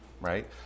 right